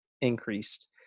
increased